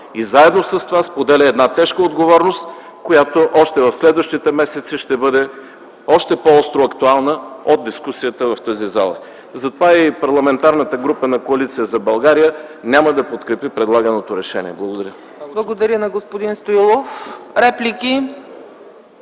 и заедно с това споделя една тежка отговорност, която още в следващите месеци ще бъде още по-остро актуална от дискусията в тази зала. Затова и Парламентарната група на коалиция за България няма да подкрепи предлаганото решение. Благодаря. ПРЕДСЕДАТЕЛ ЦЕЦКА ЦАЧЕВА: Благодаря на господин Стоилов. Реплики?